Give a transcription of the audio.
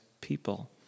people